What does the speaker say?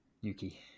Yuki